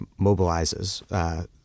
mobilizes